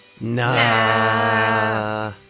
Nah